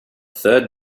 third